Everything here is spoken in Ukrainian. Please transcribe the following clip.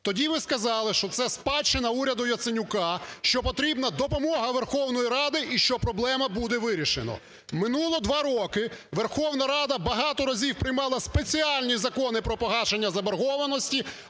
Тоді ви сказали, що це спадщина уряду Яценюка, що потрібна допомога Верховної Ради і що проблему буде вирішено. Минуло два роки, Верховна Рада багато разів приймала спеціальні закони про погашення заборгованості,